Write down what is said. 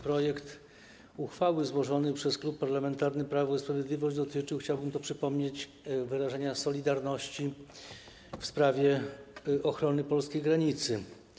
Projekt uchwały złożony przez Klub Parlamentarny Prawo i Sprawiedliwość dotyczył - chciałbym to przypomnieć - wyrażenia solidarności w sprawie ochrony polskiej granicy.